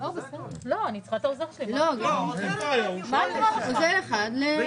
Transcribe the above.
היטל על רווחי נפט שקוראים לזה ששינסקי 1;